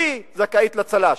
והיא זכאית לצל"ש.